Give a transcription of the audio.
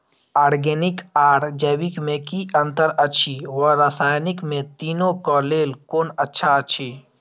Organic आर जैविक में कि अंतर अछि व रसायनिक में तीनो क लेल कोन अच्छा अछि?